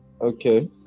Okay